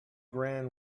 gran